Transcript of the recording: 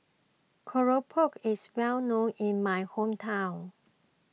Keropok is well known in my hometown